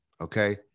okay